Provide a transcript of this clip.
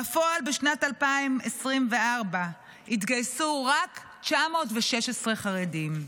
בפועל, בשנת 2024 התגייסו רק 916 חרדים.